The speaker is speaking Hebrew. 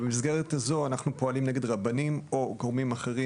במסגרת הזו אנחנו פועלים נגד רבנים או גורמים אחרים,